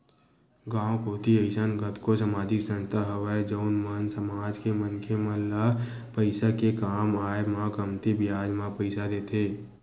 गाँव कोती अइसन कतको समाजिक संस्था हवय जउन मन समाज के मनखे मन ल पइसा के काम आय म कमती बियाज म पइसा देथे